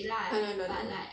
I know I know I know